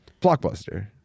Blockbuster